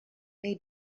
may